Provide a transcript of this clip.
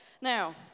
Now